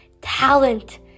talent